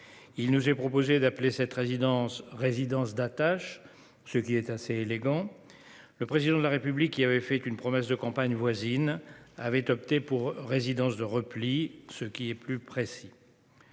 Il nous est proposé d'appeler cette résidence « résidence d'attache », ce qui est assez élégant. Le Président de la République, qui avait fait une promesse de campagne voisine, avait opté pour « résidence de repli », ce qui est plus précis.